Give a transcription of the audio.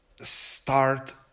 start